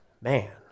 man